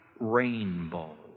rainbow